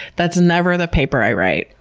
that's never the paper i write.